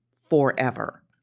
forever